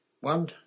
One